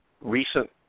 recent